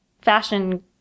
fashion